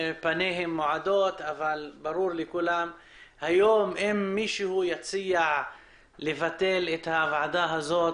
אבל ברור לכולם שאם מישהו יציע לבטל את הוועדה הזאת,